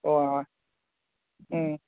ꯑꯣ ꯎꯝ